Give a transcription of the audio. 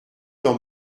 dans